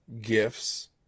gifts